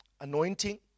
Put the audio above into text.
anointing